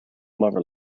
mother